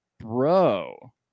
bro